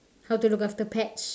how to look after pets